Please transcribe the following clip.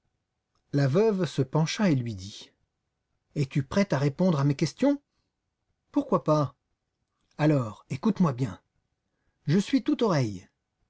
la veuve se pencha et lui dit es-tu prêt à répondre à mes questions pourquoi pas alors écoute-moi bien je suis tout oreilles